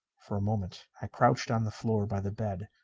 for a moment i crouched on the floor by the bed.